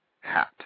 hat